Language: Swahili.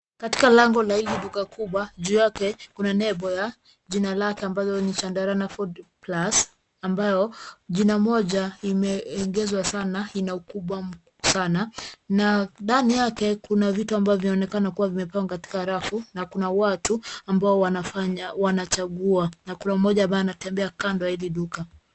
Katika lango la hili duka kubwa juu yake kuna lebo ya jina lake ambalo ni chandarana food plus . Ambayo jina moja imeongezwa sana ina ukubwa sana, na ndani yake kuna vitu ambavyo vinaonekana kuwa vimepewa katika rafu. Na kuna watu ambao wanachagua na kuna mmoja ambaye anatembea kando la hili duka.